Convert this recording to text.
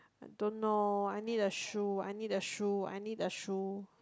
don't know I need a shoe I need a shoe I need a shoe